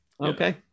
okay